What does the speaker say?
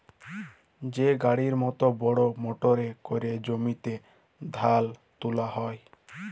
যে গাড়ির মত বড় মটরে ক্যরে জমিতে ধাল তুলা হ্যয়